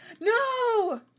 No